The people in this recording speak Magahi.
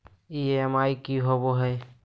ई.एम.आई की होवे है?